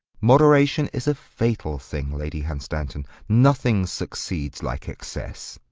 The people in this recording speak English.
moderation is a fatal thing, lady hunstanton. nothing succeeds like excess.